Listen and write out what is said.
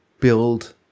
build